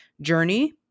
journey